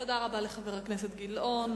תודה רבה לחבר הכנסת גילאון.